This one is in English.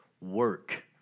work